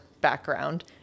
background